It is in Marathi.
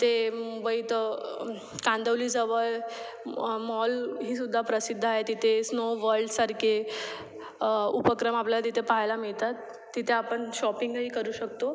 इथे मुंबईत कांदिवलीजवळ म मॉल ही सुद्धा प्रसिद्ध आहे तिथे स्नो वर्ल्डसारखे उपक्रम आपल्याला तिथे पहायला मिळतात तिथे आपण शॉपिंगही करू शकतो